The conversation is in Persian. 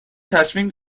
تصمیم